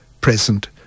present